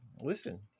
listen